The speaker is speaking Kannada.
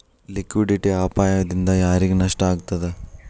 ಲಿಕ್ವಿಡಿಟಿ ಅಪಾಯ ದಿಂದಾ ಯಾರಿಗ್ ನಷ್ಟ ಆಗ್ತದ?